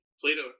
Plato